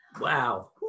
Wow